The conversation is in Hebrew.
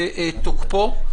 תוקפו.